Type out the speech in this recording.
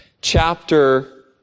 chapter